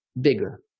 bigger